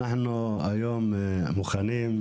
אנחנו היום מוכנים,